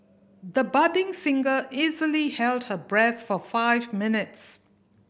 the budding singer easily held her breath for five minutes